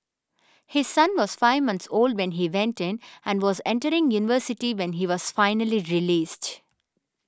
his son was five months old when he went in and was entering university when he was finally released